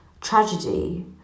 tragedy